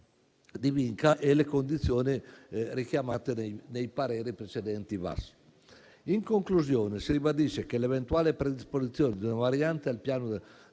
di VIncA e le condizioni richiamate nei precedenti pareri VAS. In conclusione, si ribadisce che l'eventuale predisposizione di una variante al piano del